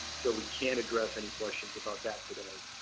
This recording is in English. so we can't address any questions about that today.